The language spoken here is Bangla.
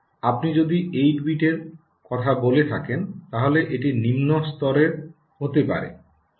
আপনি যদি 8 বিটের কথা বলে থাকেন তাহলে এটি নিম্ন স্তরের হতে হবে